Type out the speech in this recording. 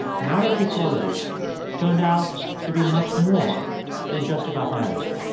marriage equality turned out to be much more than just about marriage.